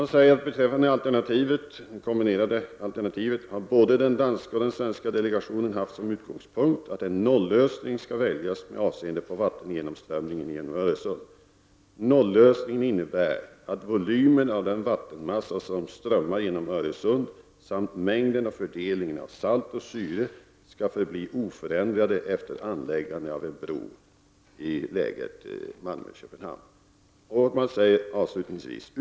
När det gäller det kombinerade alternativet har både den danska och den svenska delegationen haft som utgångspunkt att en nollösning skall väljas med avseende på vattengenomströmning genom Öresund. Nollösningen innebär att volymen av den vattenmassa som strömmar genom Öresund samt mängden och fördelningen av salt och syre skall förbli oförändrade efter anläggandet av en bro i läget Malmö-Köpenhamn.